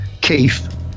Keith